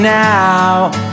now